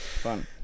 Fun